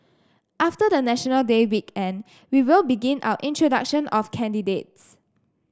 after the National Day weekend we will begin our introduction of candidates